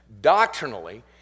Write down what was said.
doctrinally